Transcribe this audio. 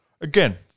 again